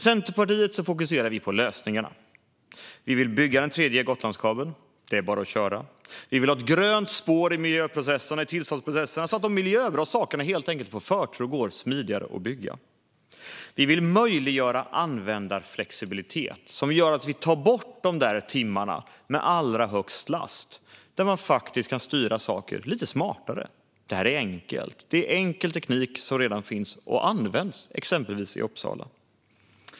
Centerpartiet fokuserar på lösningarna. Vi vill bygga en tredje Gotlandskabel. Det är bara att köra. Vi vill ha ett grönt spår i miljöprocesserna och tillståndsprocesserna, så att de miljöbra sakerna helt enkelt får förtur och går smidigare att bygga. Vi vill möjliggöra användarflexibilitet, som gör att vi tar bort timmarna med allra högst belastning genom att styra saker lite smartare. Detta är enkelt. Det är enkel teknik som redan finns och används, exempelvis i Uppsala.